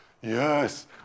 yes